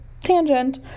tangent